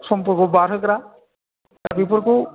समफोरखौ बारहोग्रा बेफोरखौ